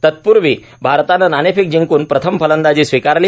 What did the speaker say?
तत्पूर्वी भारतानं नाणेफेक जिंकून प्रथम फलंदाजी स्वीकारली